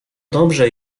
dobrze